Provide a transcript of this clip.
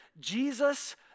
Jesus